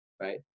right